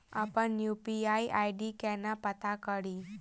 अप्पन UPI ID केना पत्ता कड़ी?